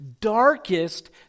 darkest